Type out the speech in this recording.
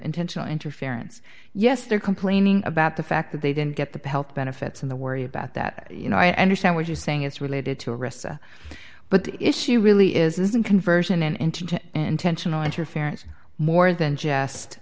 intentional interference yes they're complaining about the fact that they didn't get the health benefits and the worry about that you know i understand what you saying it's related to ressa but the issue really isn't conversion into intentional interference more than jest